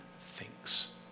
thinks